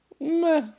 Meh